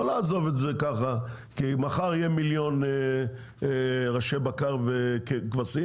לא לעזוב את זה ככה כי מחר יהיה מיליון ראשי בקר כבשים,